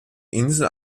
insel